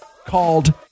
called